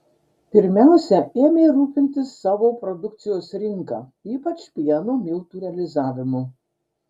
pirmiausia ėmė rūpintis savo produkcijos rinka ypač pieno miltų realizavimu